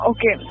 Okay